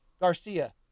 Garcia